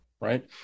right